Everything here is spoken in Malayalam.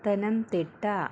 പത്തനംതിട്ട